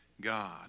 God